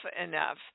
enough